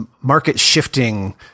market-shifting